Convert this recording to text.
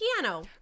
Piano